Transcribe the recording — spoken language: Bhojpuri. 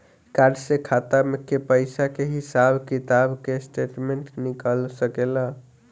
कार्ड से खाता के पइसा के हिसाब किताब के स्टेटमेंट निकल सकेलऽ?